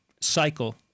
cycle